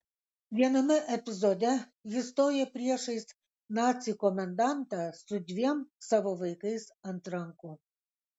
viename epizode ji stoja priešais nacį komendantą su dviem savo vaikais ant rankų